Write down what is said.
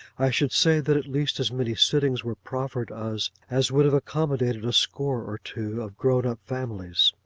i should say that at least as many sittings were proffered us, as would have accommodated a score or two of grown-up families.